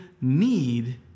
need